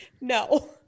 No